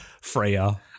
Freya